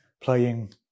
playing